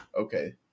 okay